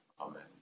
Amen